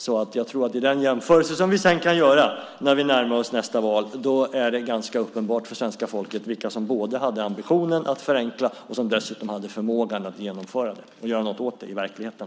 Jag tror därför att det i den jämförelse som kommer att göras när vi närmar oss nästa val blir ganska uppenbart för svenska folket vilka som både hade ambitionen att förenkla och dessutom förmågan att genomföra förslagen, att göra något i verkligheten.